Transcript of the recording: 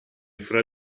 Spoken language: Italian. tra